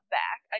back